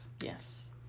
yes